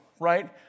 right